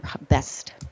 best